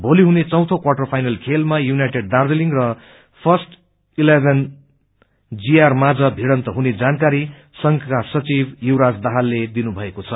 भोलि हुने चौथो क्वार्टर फाइनल खेलमा यूनाइटेड दार्जीलिङ र फर्स्ट इलेभेन जीआर माझ भिइन्त हुने जानकारी संघका सचिव युवराज दाहालले दिनुभएको छ